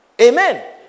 Amen